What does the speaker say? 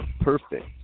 Perfect